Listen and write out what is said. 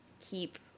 keep